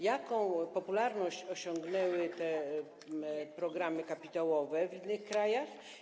Jaką popularność osiągnęły takie programy kapitałowe w innych krajach?